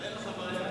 אין לך בעיה.